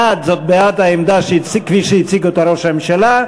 בעד זה בעד העמדה, כפי שהציג אותה ראש הממשלה.